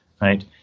right